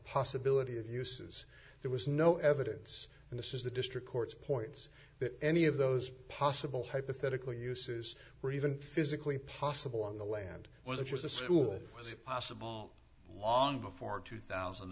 possibility of uses there was no evidence and this is the district court's points that any of those possible hypothetically uses were even physically possible on the land where there was a school was possible long before two thousand